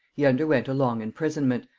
he underwent a long imprisonment,